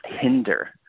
hinder